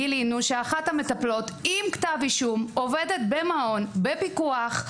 גילינו שאחת המטפלות עם כתב אישום עובדת במעון בפיקוח,